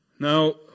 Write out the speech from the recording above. Now